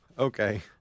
Okay